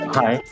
hi